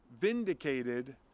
vindicated